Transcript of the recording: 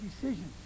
decisions